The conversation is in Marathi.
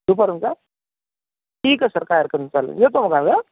दुपारून का ठीक आहे सर काही हरकत नाही चालेल येतो मग आम्ही आ